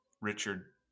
Richard